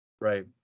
Right